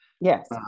Yes